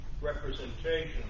representation